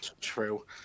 true